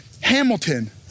Hamilton